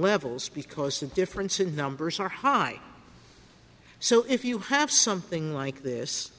levels because the difference in numbers are high so if you have something like this